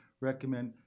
recommend